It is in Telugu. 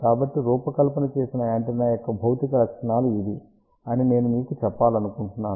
కాబట్టి రూపకల్పన చేసిన యాంటెన్నా యొక్క భౌతిక లక్షణాలు ఇవి అని నేను మీకు చెప్పాలనుకుంటున్నాను